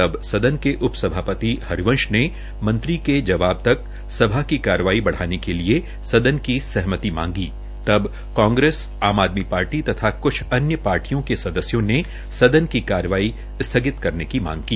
तब सदन के उपसभापति हरिवंश ने मंत्री के जवाब तक सभा की कार्यवाही बढ़ाने के लिए सदन की सहमति मांगी तब कांग्रेस आम आदमी पार्टी तथा कुछ अन्य पार्टियों के सदस्यों ने सदन की कार्यवाही स्थगित करने की मांग की